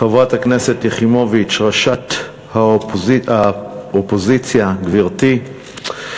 חברת הכנסת יחימוביץ, ראשת האופוזיציה, גברתי,